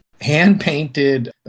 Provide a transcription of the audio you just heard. Hand-painted